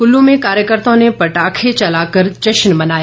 क्ल्लू में कार्यकर्ताओं ने पटाखे चलाकर जश्न मनाया